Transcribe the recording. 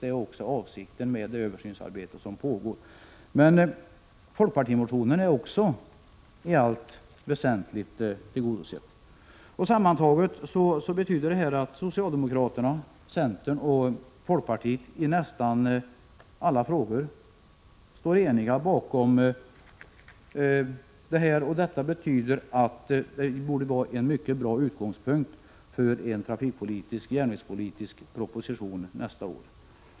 Det är också avsikten med det översynsarbete som pågår. Men den folkpartimotion som ligger till grund för reservationen är också i allt väsentligt tillgodosedd. Sammantaget betyder detta att socialdemokraterna, centern och folkpartiet i nästan alla frågor står eniga, och det borde vara en mycket bra utgångspunkt för en trafikpolitisk och järnvägspolitisk proposition nästa år.